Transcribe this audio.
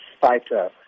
fighter